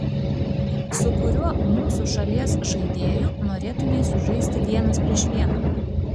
su kuriuo mūsų šalies žaidėju norėtumei sužaisti vienas prieš vieną